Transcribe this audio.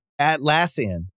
Atlassian